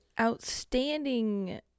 outstanding